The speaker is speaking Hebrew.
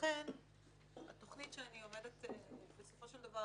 לכן התוכנית שאני עומדת בסופו של דבר